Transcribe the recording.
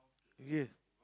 okay